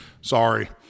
sorry